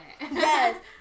Yes